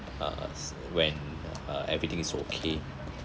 uh when uh everything's okay